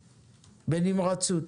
בנמרצות,